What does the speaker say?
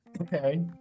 Okay